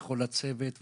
ולכל הצוות,